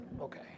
Okay